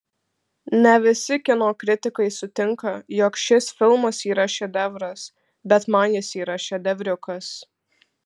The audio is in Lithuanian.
ne visi kino kritikai sutinka jog šis filmas yra šedevras bet man jis yra šedevriukas